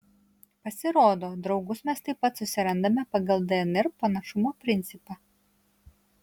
pasirodo draugus mes taip pat susirandame pagal dnr panašumo principą